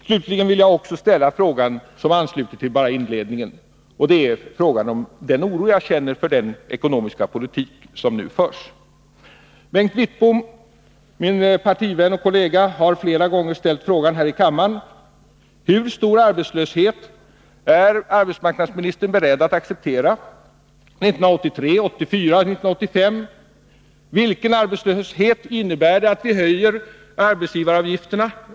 Till sist vill jag ställa en fråga som ansluter till det jag sade i inledningen om den oro jag känner för den ekonomiska politik som nu förs. Bengt Wittbom, min partivän och kollega, har flera gånger frågat: Hur stor arbetslöshet är arbetsmarknadsministern beredd att acceptera 1983, 1984, 1985? Vilken arbetslöshet innebär det att vi höjer arbetsgivaravgifterna?